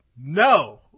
No